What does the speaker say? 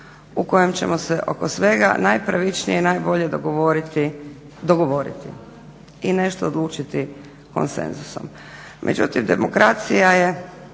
u kojem ćemo se oko svega najpravičnije i najbolje dogovoriti i nešto odlučiti konsenzusom. Međutim demokracija je